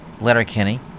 Letterkenny